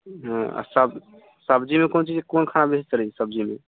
हँ आओर सब सब्जीमे कोन चीज कोन खाना बेसी चलै छै सब्जीमे